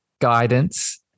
guidance